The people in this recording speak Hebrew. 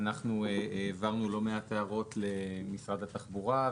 העברנו לא מעט הערות למשרד התחבורה,